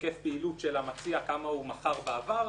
על היקף פעילות של המציע בנוגע לכמה הוא מכר בעבר,